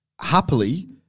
happily